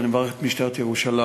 ואני מברך את משטרת ירושלים,